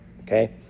okay